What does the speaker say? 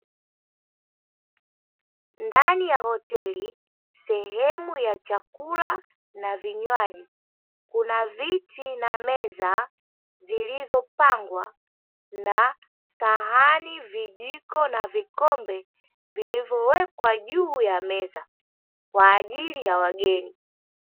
Ndani ya hoteli sehemu ya chakula na vinywaji, kuna viti na meza, zilizopangwa na: sahani, vijiko na vikombe; vilivyowekwa juu ya meza kwa ajili ya wageni.